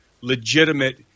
legitimate